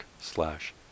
slash